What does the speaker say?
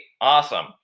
Awesome